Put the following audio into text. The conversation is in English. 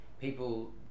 people